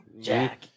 Jack